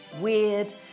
weird